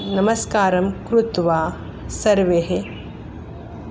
नमस्कारं कृत्वा सर्वे